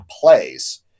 plays